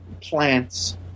plants